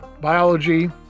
biology